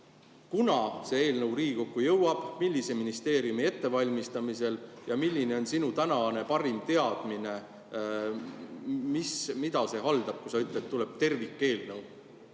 Millal see eelnõu Riigikokku jõuab, milline ministeerium seda ette valmistab ja milline on sinu tänane parim teadmine, mida see [hõlmab], kui sa ütled, et tuleb tervikeelnõu?